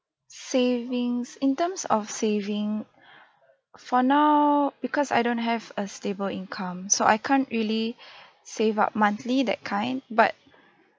savings in terms of saving for now because I don't have a stable income so I can't really save up monthly that kind but